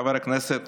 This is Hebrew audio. חבר הכנסת